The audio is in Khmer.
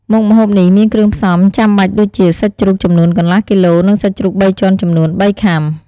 មុខម្ហូបនេះមានគ្រឿងផ្សំចាំបាច់ដូចជា សាច់ជ្រូក ចំនួន កន្លះគីឡូ និងសាច់ជ្រូកបីជាន់ចំនួន បីខាំ។